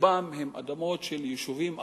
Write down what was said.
שברובן הן אדמות של יישובים ערביים,